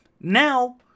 Now